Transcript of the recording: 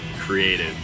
creative